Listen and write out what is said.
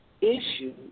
Issue